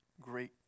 great